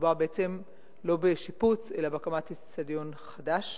מדובר בעצם לא בשיפוץ אלא בהקמת איצטדיון חדש